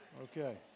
Okay